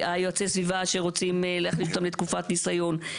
יועצי הסביבה שרוצים להכליל אותם לתקופת ניסיון.